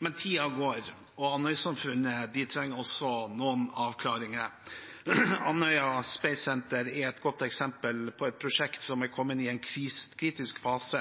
Men tiden går, og Andøy-samfunnet trenger også noen avklaringer. Andøya Space Center er et godt eksempel på et prosjekt som er kommet i en kritisk fase,